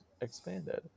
Expanded